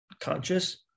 conscious